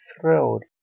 thrilled